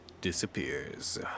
disappears